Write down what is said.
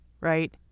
right